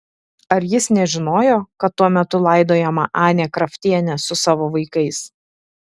ar jis nežinojo kad tuo metu laidojama anė kraftienė su savo vaikais